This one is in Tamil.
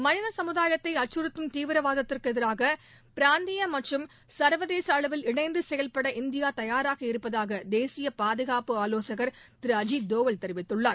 மனித சமுதாயத்தை அச்சறுத்தும் தீவிரவாதத்திற்கு எதிராக பிராந்திய மற்றும் சர்வதேச அளவில் இணைந்து செயல்பட இந்தியா தயாராக இருப்பதாக தேசிய பாதுகாப்பு ஆலோசகர் திரு அஜித் தோவல் தெரிவித்துள்ளார்